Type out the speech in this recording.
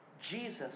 Jesus